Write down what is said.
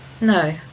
No